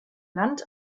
land